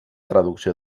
traducció